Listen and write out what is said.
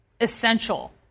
essential